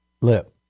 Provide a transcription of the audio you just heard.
Lip